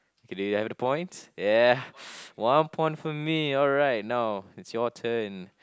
okay do I get the points yeah one point for me all right now it's your turn